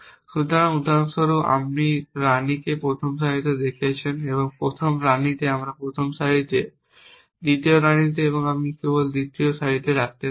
সুতরাং উদাহরণস্বরূপ আপনি রানীকে প্রথম সারিতে রেখেছেন প্রথম রাণীকে প্রথম সারিতে দ্বিতীয় রাণীতে আমি কেবল তৃতীয় সারিতে রাখতে পারি